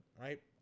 right